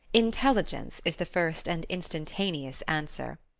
intelligence! is the first and instantaneous answer.